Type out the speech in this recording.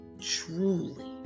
truly